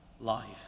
life